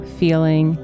feeling